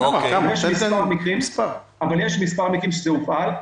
יש מספר מקרים בהם זה הופעל.